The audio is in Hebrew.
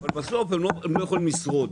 רק בסוף הם לא יכולים לשרוד.